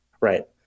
Right